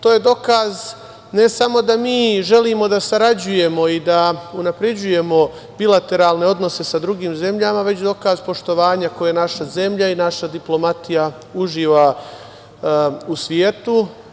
To je dokaz ne samo da mi želimo da sarađujemo i unapređujemo bilateralne odnose sa drugim zemljama, već dokaz poštovanja koje naša zemlja i naša diplomatija uživa u svetu.